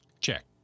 Check